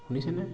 শুনিছেনে